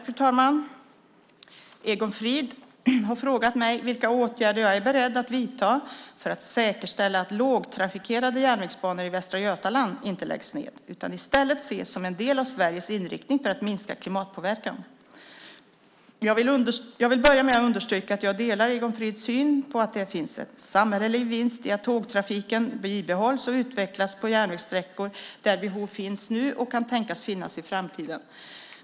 Fru talman! Egon Frid har frågat mig vilka åtgärder jag är beredd att vidta för att säkerställa att lågtrafikerade järnvägsbanor i Västra Götaland inte läggs ned utan i stället ses som en del av Sveriges inriktning för att minska klimatpåverkan. Jag vill börja med att understryka att jag delar Egon Frids syn på att det finns en samhällelig vinst i att tågtrafiken bibehålls och utvecklas på järnvägssträckor där behov finns nu och kan tänkas finnas i framtiden.